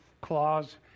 clause